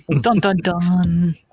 Dun-dun-dun